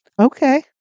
Okay